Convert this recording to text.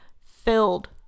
filled